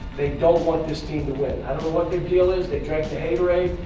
they don't want this team to win i don't know what their deal. is they drank the hater-aide,